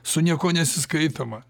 su niekuo nesiskaitoma